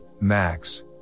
max